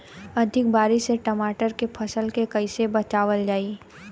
अधिक बारिश से टमाटर के फसल के कइसे बचावल जाई?